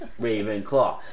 Ravenclaw